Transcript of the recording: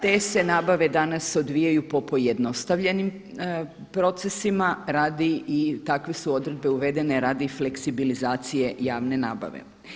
Te se nabave danas odvijaju po pojednostavljenim procesima i takve su odredbe uvedene radi fleksibilizacije javne nabave.